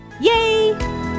Yay